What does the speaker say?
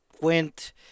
went